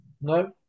No